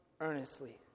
earnestly